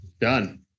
Done